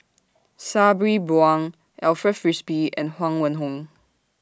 Sabri Buang Alfred Frisby and Huang Wenhong